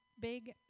big